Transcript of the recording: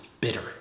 bitter